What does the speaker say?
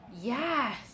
yes